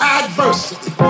adversity